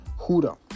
huda